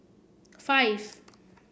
five